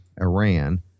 Iran